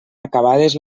acabades